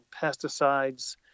pesticides